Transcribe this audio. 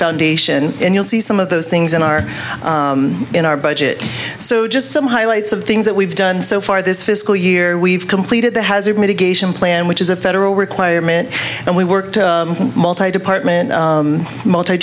foundation and you'll see some of those things in our in our budget so just some highlights of things that we've done so far this fiscal year we've completed the hazard mitigation plan which is a federal requirement and we worked department multi